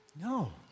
No